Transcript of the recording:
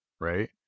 Right